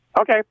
Okay